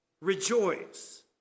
rejoice